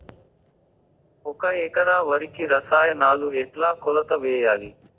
ఒక ఎకరా వరికి రసాయనాలు ఎట్లా కొలత వేయాలి?